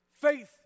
Faith